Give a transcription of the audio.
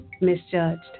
misjudged